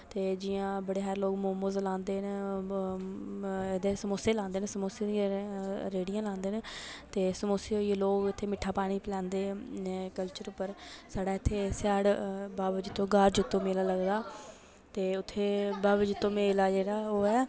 ते जियां बड़े सारे लोक मोमोस लांदे न एह्दे समोसे लांदे न समोसें दियां रेह्ड़ियां लांदे न ते समोसे होई गे लोग इत्थें मिट्टा पानी पलैंदे कल्चर उप्पर साढ़ा इत्थें स्याड़ बाबा जित्तो ग्हार जित्तो मेला लगदा ते उत्थें बाबा जित्तो मेला जेह्ड़ा ऐ ओह् ऐ